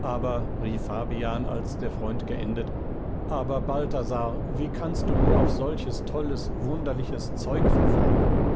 aber rief fabian als der freund geendet aber balthasar wie kannst du nur auf solches tolles wunderliches zeug verfallen